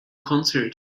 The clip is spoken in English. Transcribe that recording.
concert